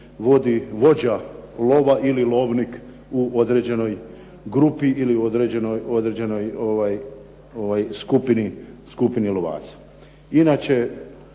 vodi vođa lova ili lovnik u određenoj grupi ili određenoj skupini lovaca. Inače,